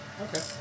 Okay